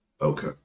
Okay